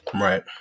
Right